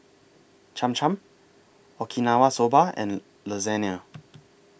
Cham Cham Okinawa Soba and Lasagne